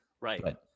right